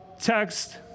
text